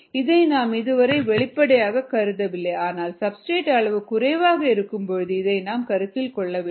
இதை நாம் இதுவரை வெளிப்படையாகக் கருதவில்லை ஆனால் சப்ஸ்டிரேட் அளவு குறைவாக இருக்கும்போது இதை நாம் கருத்தில் கொள்ள வேண்டும்